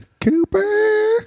Cooper